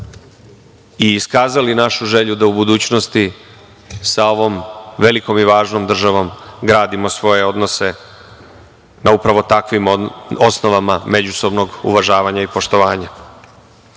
i iskazali našu želju da u budućnosti sa ovom velikom i važnom državom gradimo svoje odnose na upravo takvim osnovama međusobnog uvažavanja i poštovanja. Uvaženi